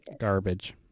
garbage